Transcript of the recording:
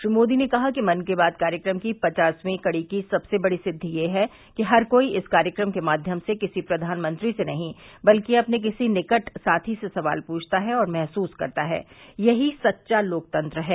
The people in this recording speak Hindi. श्री मोदी ने कहा कि मन की बात कार्यक्रम की पचाववीं कड़ी की सबसे बड़ी सिद्दि यह है कि हर कोई इस कार्यक्रम के माध्यम से किसी प्रघानमंत्री से नहीं बल्कि अपने किसी निकट साथी से सवाल पूछता है महसूस करता है और यही सच्चा लोकतंत्र है